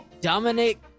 Dominic